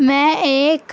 میں ایک